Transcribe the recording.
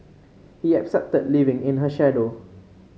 he accepted living in her shadow